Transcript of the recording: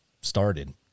started